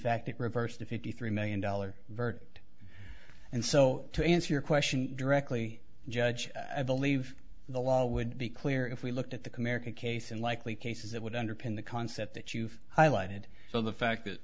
fact it reversed a fifty three million dollars verdict and so to answer your question directly judge i believe the law would be clear if we looked at the comerica case and likely cases that would underpin the concept that you've highlighted the fact that